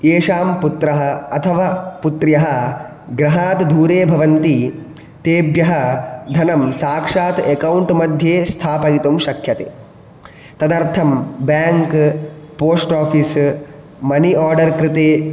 एषां पुत्रः अथवा पुत्र्यः गृहात् दूरे भवन्ति तेभ्यः धनं साक्षात् एक्कौण्ट् मध्ये स्थापयितुं शक्यते तदर्थं bank post office money order कृते